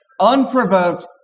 unprovoked